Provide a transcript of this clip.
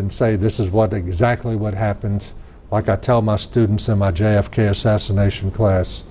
and say this is what exactly what happens like i tell my students in my j f k assassination class